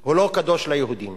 הוא לא קדוש ליהודים,